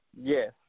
Yes